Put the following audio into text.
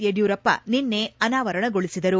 ಯಡಿಯೂರಪ್ಪ ನಿನ್ನೆ ಅನಾವರಣಗೊಳಿಸಿದರು